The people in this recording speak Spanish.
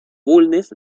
bulnes